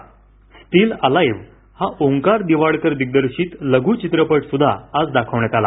still alive हा ओंकार दिवाडकर दिग्दशित लघु चित्रपटही आज दाखवण्यात आला